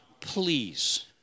Please